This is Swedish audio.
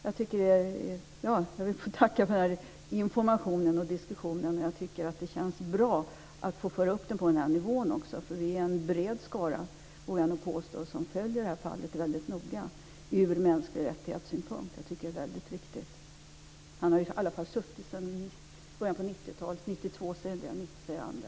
Jag vill tacka för den här informationen och diskussionen. Det känns bra att få föra upp den på den här nivån. Vi är en bred skara, vill jag påstå, som följer fallet väldigt noga ur MR-synpunkt. Jag tycker att det är väldigt viktigt. Ilascu har suttit sedan början av 90-talet - 92 säger en del, 90 säger andra.